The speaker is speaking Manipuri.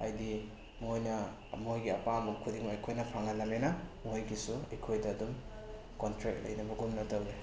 ꯍꯥꯏꯗꯤ ꯃꯣꯏꯅ ꯃꯣꯏꯒꯤ ꯑꯄꯥꯝꯕ ꯈꯨꯗꯤꯡꯃꯛ ꯑꯩꯈꯣꯏꯅ ꯐꯪꯍꯜꯂꯝꯅꯤꯅ ꯃꯣꯏꯒꯤꯁꯨ ꯑꯩꯈꯣꯏꯗ ꯑꯗꯨꯝ ꯀꯣꯟꯇ꯭ꯔꯦꯛ ꯂꯩꯅꯕꯒꯨꯝꯅ ꯇꯧꯏ